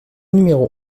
numéro